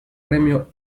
premio